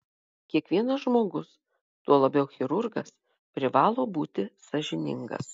kiekvienas žmogus tuo labiau chirurgas privalo būti sąžiningas